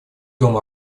дом